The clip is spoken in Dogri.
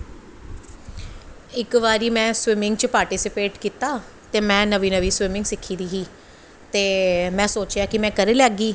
इक बारी में स्विमिंग च पार्टिसिपेेट कीता ते में नमीं नमीं स्विमिंग सिक्खी दी ही ते में सोचेआ कि में करी लैगी